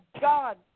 God